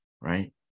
right